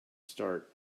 start